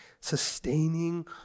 sustaining